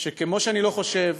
שכמו שאני לא חושב